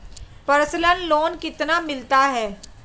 Personal loan कितना मिलता है?